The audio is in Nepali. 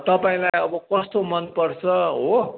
तपाईँलाई अब कस्तो मन पर्छ हो